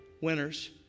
winners